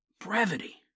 Brevity